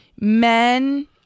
men